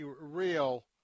real